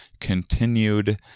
continued